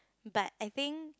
but I think